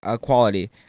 quality